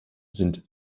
sind